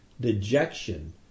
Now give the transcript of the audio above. dejection